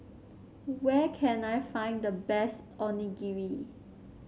where can I find the best Onigiri